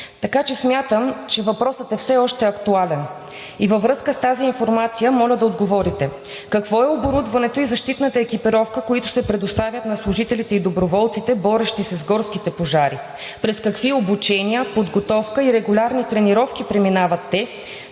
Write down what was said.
така че смятам, че въпросът е все още актуален. Във връзка с тази информация, моля да отговорите: какво е оборудването и защитната екипировка, които се предоставят на служителите и доброволците, борещи се с горските пожари; през какви обучения, подготовка и регулярни тренировки преминават те,